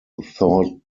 thought